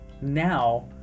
now